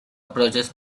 approaches